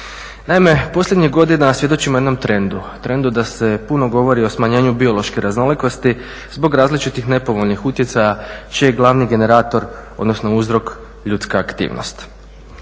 Naime, posljednjih godina svjedočimo jednom trendu, trendu da se puno govori o smanjenju biološke raznolikosti zbog različitih nepovoljnih utjecaja čiji je glavni generator, odnosno uzrok ljudska aktivnost.